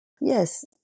yes